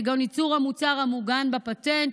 כגון ייצור המוצר המוגן בפטנט,